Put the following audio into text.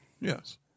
Yes